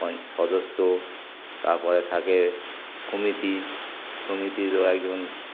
পঞ্চায়েত সদস্য তারপরে থাকে সমিতি সমিতিরও একজন